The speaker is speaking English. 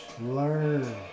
learn